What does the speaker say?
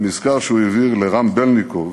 במזכר שהוא העביר לרם בלינקוב,